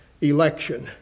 election